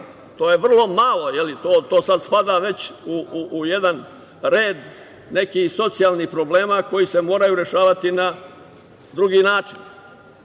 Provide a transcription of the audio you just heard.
To je vrlo malo. To sada spada već u jedan red nekih socijalnih problema koji se moraju rešavati na drugi način.